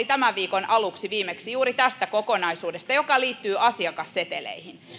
tämän viikon alussa oli sote asiantuntijoiden kuuleminen juuri tästä kokonaisuudesta joka liittyy asiakasseteleihin